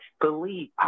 Believe